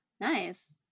Nice